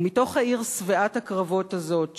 ומתוך העיר שבעת הקרבות הזאת,